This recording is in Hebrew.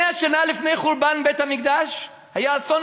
100 שנה לפני חורבן בית-המקדש היה אסון